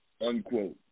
unquote